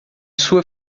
sua